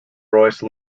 royce